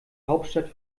hauptstadt